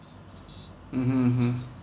mmhmm mmhmm